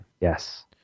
Yes